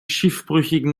schiffbrüchigen